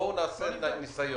בואו נעשה ניסיון,